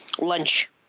lunch